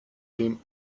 him